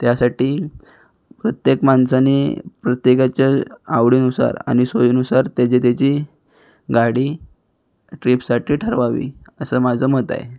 त्यासाठी प्रत्येक माणसाने प्रत्येकाच्या आवडीनुसार आणि सोयीनुसार त्याची त्याची गाडी ट्रीपसाठी ठरवावी असं माझं मत आहे